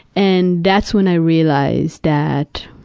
and that's when i realized that